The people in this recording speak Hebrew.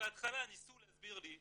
בהתחלה ניסו להסביר לי "תשמע,